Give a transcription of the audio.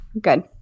good